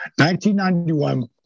1991